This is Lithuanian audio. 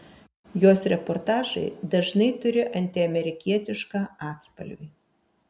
jos reportažai dažnai turi antiamerikietišką atspalvį